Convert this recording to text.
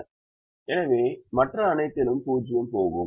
எனவே மற்ற அனைத்திலும் 0 போகும்